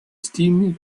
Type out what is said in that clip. estiment